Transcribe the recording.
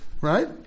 right